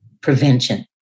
prevention